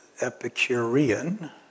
Epicurean